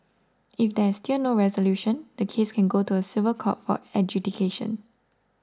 if there is still no resolution the case can go to a civil court for adjudication